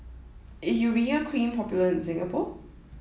is Urea Cream popular in Singapore